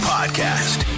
Podcast